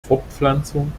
fortpflanzung